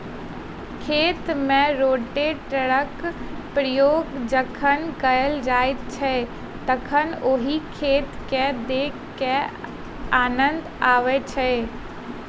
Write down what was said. खेत मे रोटेटरक प्रयोग जखन कयल जाइत छै तखन ओहि खेत के देखय मे आनन्द अबैत छै